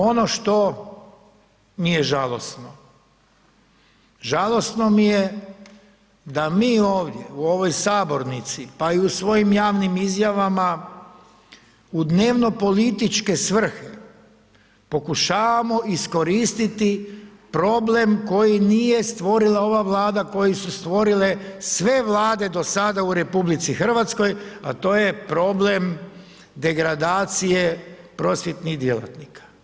Ono što mi je žalosno, žalosno mi je da mi ovdje u ovoj sabornici pa i u svojim javnim izjavama u dnevno političke svrhe pokušavamo iskoristiti problem koji nije stvorila ova Vlada koji su stvorile sve Vlade do sada u RH a to je problem degradacije prosvjetnih djelatnika.